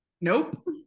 Nope